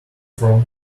from